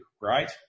right